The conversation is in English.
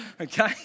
Okay